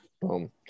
Boom